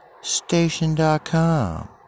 station.com